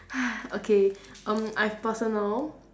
okay um I have personal